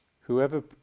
whoever